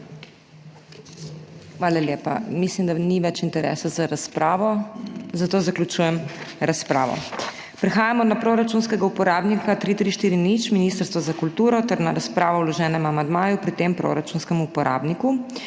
Hvala lepa. Mislim, da ni več interesa za razpravo, zato zaključujem razpravo. Prehajamo na proračunskega uporabnika 3340 Ministrstvo za kulturo ter na razpravo o vloženem amandmaju pri tem proračunskem uporabniku.